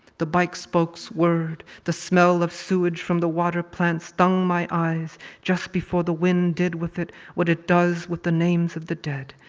the bike spokes whirred. the smell of sewage from the water plan stung my eyes just before the wind did with it what it does with the names of the dead,